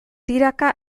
tiraka